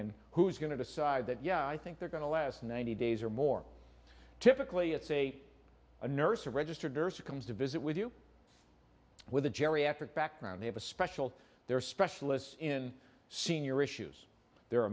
and who's going to decide that yeah i think they're going to last ninety days or more typically it's a a nurse or registered nurse who comes to visit with you with a geriatric background they have a special there are specialists in senior issues there are